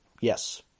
Yes